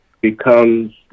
Becomes